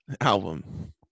album